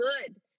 good